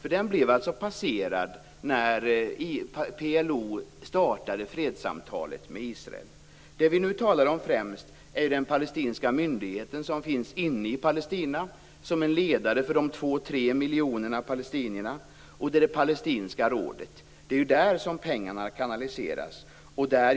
Den passerades när PLO startade fredssamtalet med Israel. Det vi nu främst talar om är den palestinska myndighet som finns inne i Palestina och som är ledare för de två till tre miljoner palestinerna. Det är det palestinska rådet. Det är där pengarna kanaliseras.